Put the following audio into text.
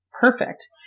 perfect